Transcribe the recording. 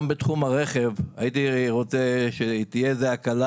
גם בתחום הרכב הייתי רוצה שתהיה איזו הקלה